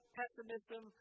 pessimism